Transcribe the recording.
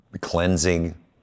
cleansing